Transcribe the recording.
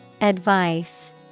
Advice